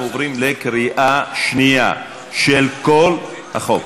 אנחנו עוברים לקריאה שנייה על כל החוק.